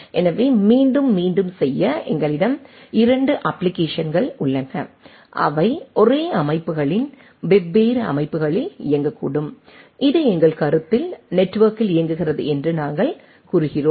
எனவே மீண்டும் மீண்டும் செய்ய எங்களிடம் 2 அப்ப்ளிகேஷன்ஸ் உள்ளன அவை ஒரே அமைப்புகளின் வெவ்வேறு அமைப்புகளில் இயங்கக்கூடும் இது எங்கள் கருத்தில் நெட்வொர்க்கில் இயங்குகிறது என்று நாங்கள் கூறுகிறோம்